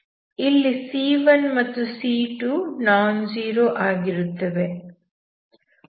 ಇಲ್ಲಿ c1 ಅಥವಾ c2 non zero ಆಗಿರುತ್ತವೆ